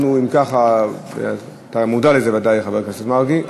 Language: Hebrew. אתה ודאי מודע לזה, חבר הכנסת מרגי.